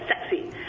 sexy